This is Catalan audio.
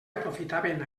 aprofitaven